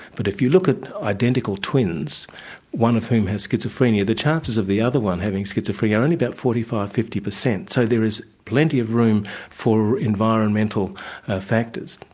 but if you look at identical twins one of whom has schizophrenia, the chances of the other one having schizophrenia are only about forty five to fifty per cent, so there is plenty of room for environmental factors.